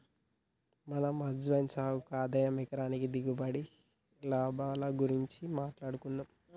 మనం అజ్వైన్ సాగు ఆదాయం ఎకరానికి దిగుబడి, లాభాల గురించి మాట్లాడుకుందం